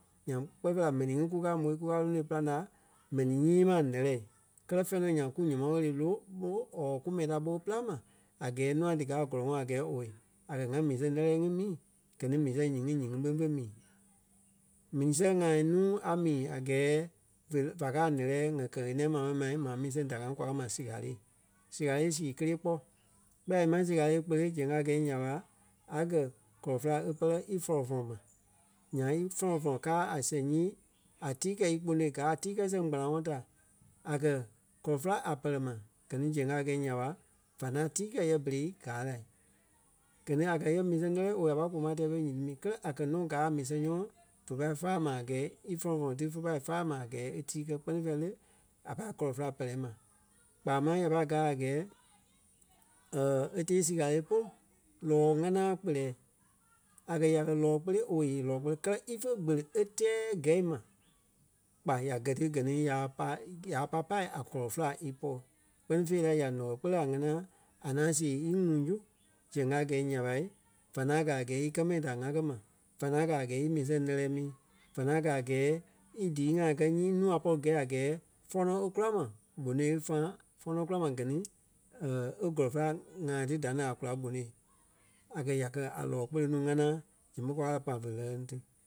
Nyaŋ kpɛɛ fêi la m̀ɛnii kukaa môi kukaa lonoi e pîlaŋ la mɛnii nyii ma nɛlɛɛ. Kɛ́lɛ fɛ̂ɛ nɔ nyaŋ kú nyɔmɔɔ ɣele lóo ɓo or ku mɛni ta ɓo e pîlaŋ ma a gɛɛ nûa díkaa a kɔ́lɔŋɔɔ a gɛɛ owei a kɛ̀ ŋa mii sɛŋ lɛ́lɛɛ ŋí mii gɛ ni mii sɛŋ nyiŋi nyiŋi ɓé fe mii. Mii sɛŋ ŋai nuu a mii a gɛɛ ve- va káa a ǹɛ́lɛɛ ŋ̀gɛ kɛ-ɣeniɛi maa mɛni ma, ma mii sɛŋ da ka ŋí kwa ma sikalee. Sikalee sii kélee kpɔ́ kpɛɛ la ímaa sikalee kpele zɛŋ a gɛi nya ɓa a gɛ́ kɔlɔ-fela e bɛlɛ í fɔlɔfɔlɔ ma. Nyaŋ í fɔlɔfɔlɔŋ káa a sɛŋ nyii a tii kɛ́ í kponôi gaa a tii kɛ́ sɛŋ kpanaŋɔɔ ta. A kɛ̀ kɔlɔ-fela a pɛlɛ ma gɛ ni zɛŋ a gɛ̀i nya ɓa va ŋaŋ tii kɛ yɛ berei gaa lai. Gɛ ni a kɛ̀ yɛ mii sɛŋ lɛ́lɛɛ owei a pɔri kpoma tɛɛ ípɔ í nyiti mii kɛlɛ a kɛ̀ nɔ gaa a mii sɛŋ nyɔmɔɔ fé pâi faa ma a gɛɛ í fɔlɔfɔlɔ ti fe pâi fáa ma a gɛɛ e tii kɛ́ kpɛ́ni fêi la le a pai kɔlɔ-fela pɛlɛɛ. Kpaa máŋ ya pâi gáa a gɛɛ e tee sikalee polu lɔ́ɔ ŋanaa kpeléɛɛ. A kɛ̀ ya kɛ́ lɔ́ɔ kpele owei yee lɔ́ɔ kpele kɛlɛ ífe kpele e tɛɛ gɛ̂i ma kpa ya gɛ ti gɛ ni ya pai ya pai pâi a kɔlɔ-fela ípɔ. Kpɛ́ni fêi la ya nɔɔi kpele a ŋanaa a ŋaŋ see í ŋuŋ zu zɛŋ a gɛ̂i nya ɓa va ŋaŋ gɛ́ a gɛɛ í kɛ mɛni da ŋaa káa ma. Va ŋaŋ gɛ́ a gɛɛ í mii sɛŋ lɛ́lɛɛ mii. Va ŋaŋ gɛ́ a gɛɛ í dii ŋai kɛ́ nyii nuu a pɔri gɛi a gɛɛ fɔ̃́nɔ e kula mai gbonôi e faai fɔ̃́nɔ e kula mai gɛ ni e kɔlɔ-fela ŋaa ti da ní ŋai kula gbonôi. A kɛ̀ ya kɛ́ a lɔ́ɔ kpele nuu ŋanaa zɛŋ ɓé kwa kɛ kpa vé lɛlɛ ni ti.